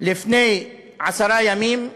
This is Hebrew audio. לפני עשרה ימים,